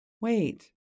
Wait